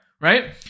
right